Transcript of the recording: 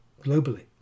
globally